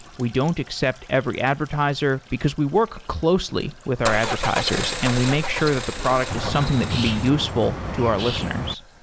we don't accept every advertiser, because we work closely with our advertisers and we make sure that the product is something that can be useful to our listeners.